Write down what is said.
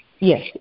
Yes